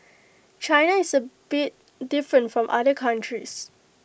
China is A bit different from other countries